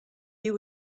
you